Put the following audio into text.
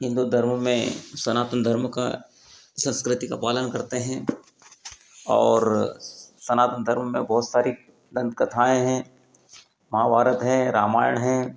हिन्दू धर्म में सनातन धर्म का संस्कृति का पालन करते हैं और सनातन धर्म में बहोत सारी दंत कथाएँ हैं महाभारत हैं रामायण हैं